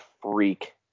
freak